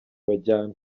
bajyana